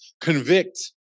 convict